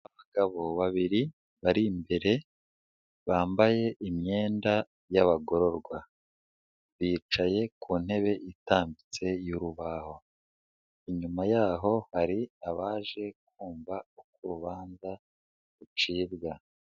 Abagabo babiri bari imbere bambaye imyenda y'abagororwa, bicaye ku ntebe itambitse y'urubaho, inyuma yaho hari abaje kumva uko urubanza rucibwa.